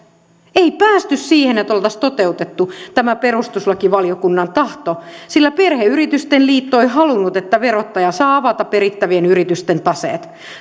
ei päästy siihen että oltaisiin toteutettu tämä perustuslakivaliokunnan tahto sillä perheyritysten liitto ei halunnut että verottaja saa avata perittävien yritysten taseet